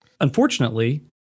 Unfortunately